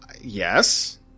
Yes